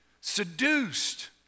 seduced